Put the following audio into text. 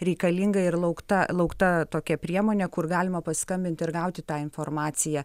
reikalinga ir laukta laukta tokia priemonė kur galima paskambint ir gauti tą informaciją